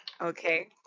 Okay